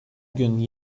gün